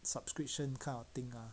subscription kind of thing ah